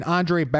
Andre